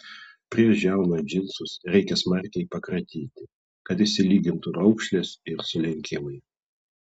prieš džiaunant džinsus reikia smarkiai pakratyti kad išsilygintų raukšlės ir sulenkimai